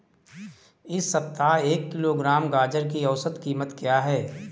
इस सप्ताह एक किलोग्राम गाजर की औसत कीमत क्या है?